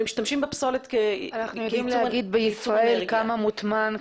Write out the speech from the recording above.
ומשתמשים בפסולת כ- -- אנחנו יודעים להגיד בישראל כמה מוטמן,